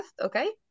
okay